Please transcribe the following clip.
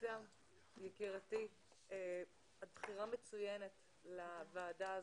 אבתיסאם יקירתי את בכירה מצוינת לוועדה הזו.